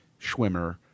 Schwimmer